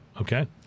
Okay